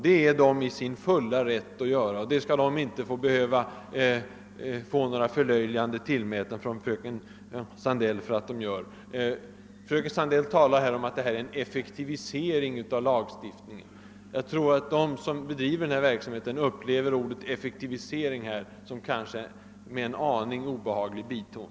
Det är de i sin fulla rätt att göra, och för den sakens skull skall de inte behöva bli utsatta för några förlöjligande tillmälen från fröken Sandeils sida. Fröken Sandell säger att vi här åstadkommer en »effektivisering» av lagstiftningen. Jag tror att de som bedriver den verksamhet som vi diskuterar tycker att ordet effektivisering i detta sammanhang har en något obehaglig biton.